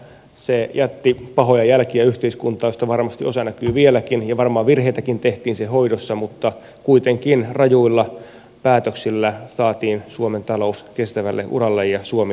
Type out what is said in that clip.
se jätti pahoja jälkiä yhteiskuntaan ja osa niistä varmasti näkyy vieläkin ja varmaan virheitäkin tehtiin laman hoidossa mutta kuitenkin rajuilla päätöksillä saatiin suomen talous kestävälle uralle ja suomi nousun tielle